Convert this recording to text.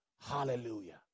Hallelujah